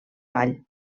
ball